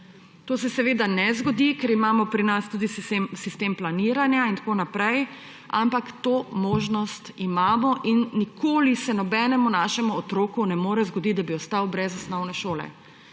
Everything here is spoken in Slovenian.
To se seveda ne zgodi, ker imamo pri nas tudi sistem planiranja in tako naprej, ampak to možnost imamo in nikoli se nobenemu našemu otroku ne more zgoditi, da bi ostal brez osnovne šole.